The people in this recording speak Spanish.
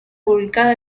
publicada